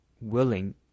willing